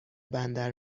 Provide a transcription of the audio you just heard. بندر